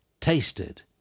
tasted